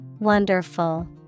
Wonderful